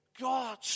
God